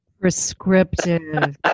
Prescriptive